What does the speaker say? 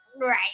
Right